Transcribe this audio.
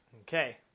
Okay